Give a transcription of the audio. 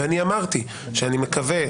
אמרתי שאני מקווה,